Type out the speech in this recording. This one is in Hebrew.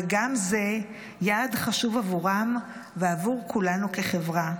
וגם זה יעד חשוב עבורם ועבור כולנו כחברה.